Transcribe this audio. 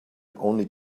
only